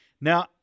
now